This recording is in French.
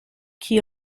qui